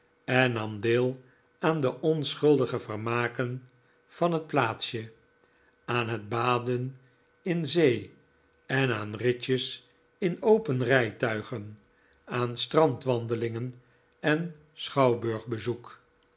en nam deel aan de onschuldige vermaken van het plaatsje aan het baden in zee en aan ritjes in open rijtuigen aan strandwandelingen en